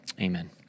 Amen